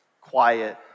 Quiet